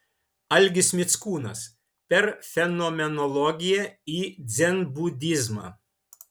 algis mickūnas per fenomenologiją į dzenbudizmą